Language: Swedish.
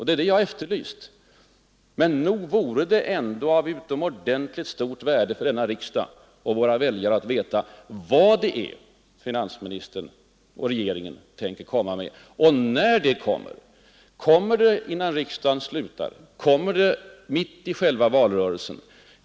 Det är det jag har efterlyst. Men nog vore det ändå av utomordentligt stort värde för denna riksdag och för våra väljare att veta vad det är finansministern ock regeringen tänker komma med och när det kommer. Kommer det innan riksdagen slutar? Kommer det mitt under själva valrörelsen?